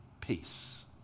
peace